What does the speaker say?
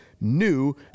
new